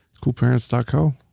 Coolparents.co